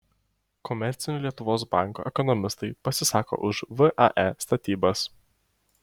komercinių lietuvos bankų ekonomistai pasisako už vae statybas